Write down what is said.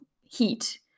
heat